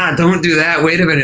um don't do that. wait a minute.